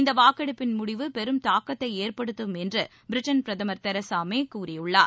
இந்த வாக்கெடுப்பின் முடிவு பெரும் தாக்கத்தை ஏற்படுத்தும் என்று பிரிட்டன் பிரதமர் தெரசா மே கூறியுள்ளார்